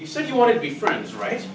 you said you want to be friends right